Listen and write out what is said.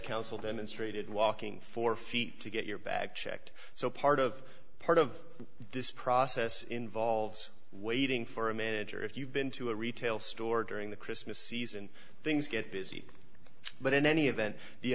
council demonstrated walking four feet to get your bag checked so part of part of this process involves waiting for a manager if you've been to a retail store during the christmas season things get busy but in any event the